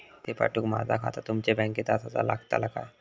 पैसे पाठुक माझा खाता तुमच्या बँकेत आसाचा लागताला काय?